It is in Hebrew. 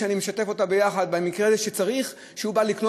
אני משתף אותם במקרה הזה: כשהוא בא לקנות